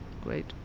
great